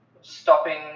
stopping